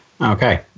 okay